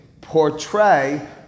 portray